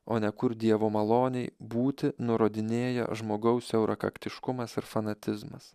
o ne kur dievo malonei būti nurodinėja žmogaus eurakaktiškumas ir fanatizmas